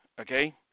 Okay